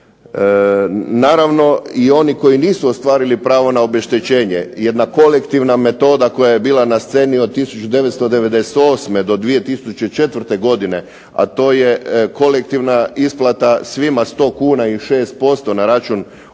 Naravno i oni koji nisu ostvarili pravo na obeštećenje, jedna kolektivna metoda koja je bila na snazi od 1998. do 2004. godine a to je kolektivna isplata svima 100 kuna i 6% na račun